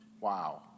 Wow